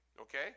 Okay